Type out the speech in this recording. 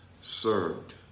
served